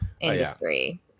industry